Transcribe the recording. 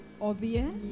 obvious